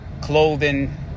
Clothing